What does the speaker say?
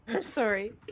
sorry